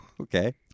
Okay